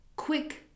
quick